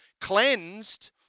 cleansed